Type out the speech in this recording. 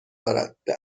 دارد، به